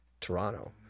Toronto